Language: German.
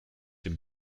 dem